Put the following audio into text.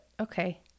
okay